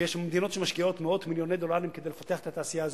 ויש מדינות שמשקיעות מאות מיליוני דולרים כדי לפתח את התעשייה הזאת,